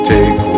Take